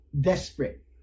desperate